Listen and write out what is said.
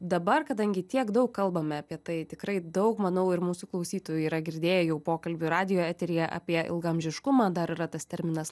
dabar kadangi tiek daug kalbame apie tai tikrai daug manau ir mūsų klausytojų yra girdėję jau pokalbių radijo eteryje apie ilgaamžiškumą dar yra tas terminas